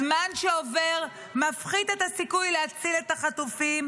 הזמן שעובר מפחית את הסיכוי להציל את החטופים,